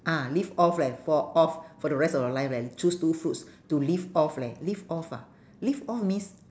ah live off leh for off for the rest of your life leh you choose two foods to live off leh live off ah live off means